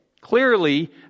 Clearly